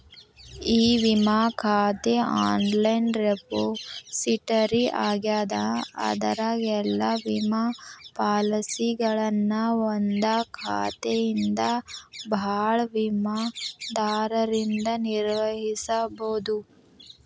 E ವಿಮಾ ಖಾತೆ online repository ಆಗ್ಯದ ಅದರಾಗ ಎಲ್ಲಾ ವಿಮಾ ಪಾಲಸಿಗಳನ್ನ ಒಂದಾ ಖಾತೆಯಿಂದ ಭಾಳ ವಿಮಾದಾರರಿಂದ ನಿರ್ವಹಿಸಬೋದು